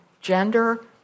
gender